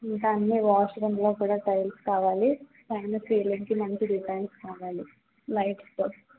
ఇంకా అండి వాష్రూమ్లో కూడా టైల్స్ కావాలి పైన సీలింగ్కి మంచి డిజైన్స్ కావాలి లైట్తో